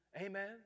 Amen